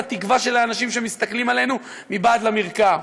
התקווה של האנשים שמסתכלים עלינו מבעד למרקע.